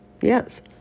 yes